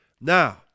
Now